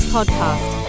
Podcast